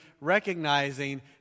recognizing